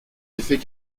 effet